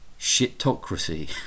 shitocracy